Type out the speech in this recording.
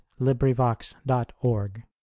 LibriVox.org